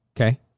Okay